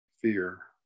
fear